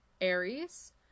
Aries